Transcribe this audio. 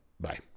Bye